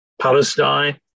Palestine